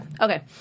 Okay